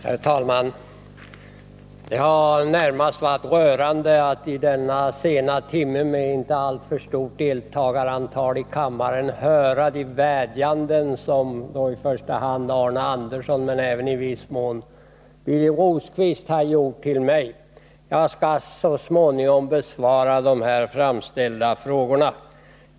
Herr talman! Det är närmast rörande att i denna sena timme och inför ett inte alltför stort antal ledamöter i kammaren få lyssna till de vädjanden som i första hand Arne Andersson i Gamleby men även i viss mån Birger Rosqvist har riktat till mig. Jag skall så småningom besvara de framställda frågorna.